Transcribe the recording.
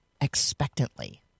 expectantly